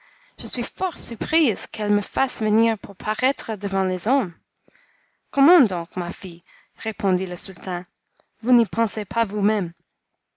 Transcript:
je suis fort surprise qu'elle me fasse venir pour paraître devant les hommes comment donc ma fille répondit le sultan vous n'y pensez pas vous-même